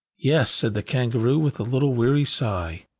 yes, said the kangaroo with a little weary sigh.